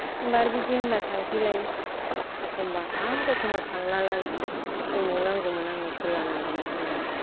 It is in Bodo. होमबा आर बिदि होनबा थांसैलाय अखमबा आर अखमबा थांलालाय उमुक नांगौमोन आंनो फोरला नांगौमोन होननानै